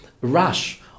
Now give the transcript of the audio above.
rush